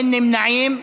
אין נמנעים.